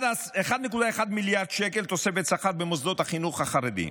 1.1 מיליארד שקל תוספת שכר במוסדות החינוך החרדיים,